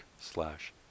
slash